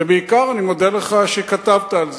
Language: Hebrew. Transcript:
ובעיקר אני מודה לך על שכתבת על זה.